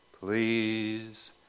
Please